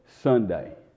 Sunday